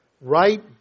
right